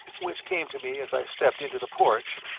which came to me as i stepped into the porch,